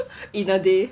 in a day